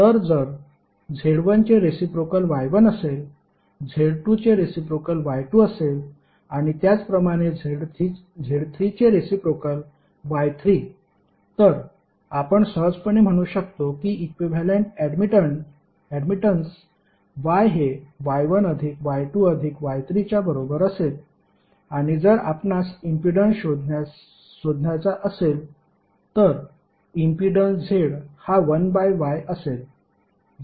तर जर Z1 चे रेसिप्रोकेल Y1 असेल Z2 चे रेसिप्रोकेल Y2 असेल आणि त्याचप्रमाणे Z3 चे रेसिप्रोकेल Y3 तर आपण सहजपणे म्हणू शकतो की इक्विव्हॅलेंट ऍडमिटन्स Y हे Y1 अधिक Y2 अधिक Y3 च्या बरोबर असेल आणि जर आपणास इम्पीडन्स शोधण्याचा असेल तर इम्पीडन्स Z हा 1 बाय Y असेल